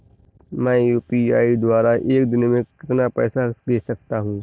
मैं यू.पी.आई द्वारा एक दिन में कितना पैसा भेज सकता हूँ?